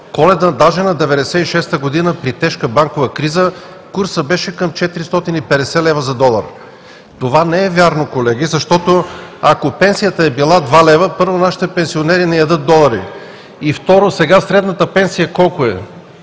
Коледа на 1996 г. при тежка банкова криза курсът беше към 450 лв. за долар. Това не е вярно, колеги, защото, ако пенсията е била 2 лв., първо, нашите пенсионери не ядат долари. И второ, сега средната пенсия колко е?